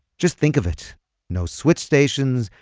just think of it no switch stations,